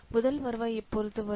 முதல் வருவாய் எப்போது வரும்